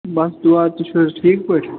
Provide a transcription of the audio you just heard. بَس دُعا تُہۍ چھُو حظ ٹھیٖک پٲٹھۍ